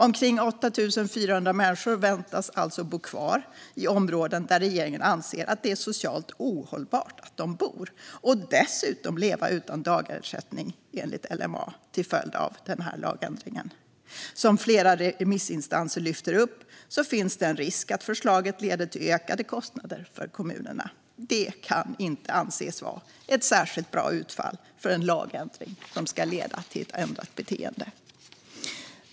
Omkring 8 400 människor väntas alltså bo kvar i områden där regeringen anser att det är socialt ohållbart att de bor och dessutom leva utan dagsersättning enligt LMA till följd av den här lagändringen. Som flera remissinstanser lyfter upp finns det en risk att förslaget leder till ökade kostnader för kommunerna. Det kan inte anses vara ett särskilt bra utfall för en lagändring som ska leda till ett ändrat beteende. Fru talman!